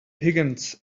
higgins